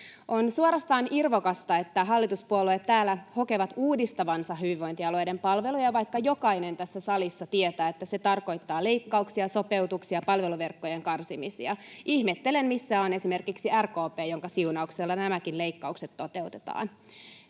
On suorastaan irvokasta, että hallituspuolueet täällä hokevat uudistavansa hyvinvointialueiden palveluja, vaikka jokainen tässä salissa tietää, että se tarkoittaa leikkauksia, sopeutuksia ja palveluverkkojen karsimisia. Ihmettelen, missä on esimerkiksi RKP, jonka siunauksella nämäkin leikkaukset toteutetaan.